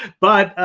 but,